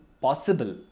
possible